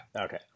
Okay